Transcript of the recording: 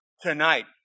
tonight